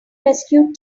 rescue